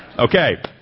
Okay